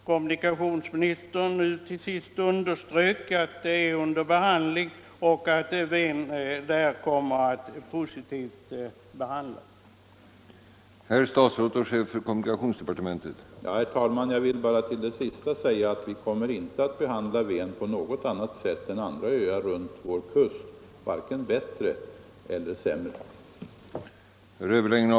Kommunikationsministern underströk nu att frågan om Ven är under behandling, och jag förväntar att den behandlas positivt.